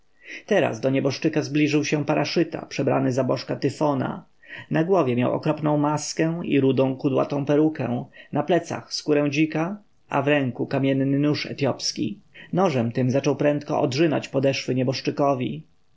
teraz do nieboszczyka zbliżył się paraszyta przebrany za bożka tyfona na głowie miał okropną maskę i rudą kudłatą perukę na plecach skórę dzika a w ręku kamienny nóż etjopski nożem tym zaczął prędko odrzynać podeszwy nieboszczykowi